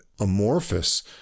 amorphous